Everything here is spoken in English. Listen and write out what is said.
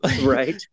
right